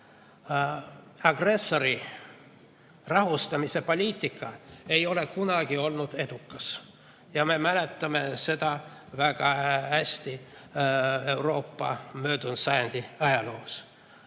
Agressori rahustamise poliitika ei ole kunagi olnud edukas, me mäletame seda väga hästi Euroopa möödunud sajandi ajaloos.